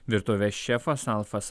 virtuvės šefas alfas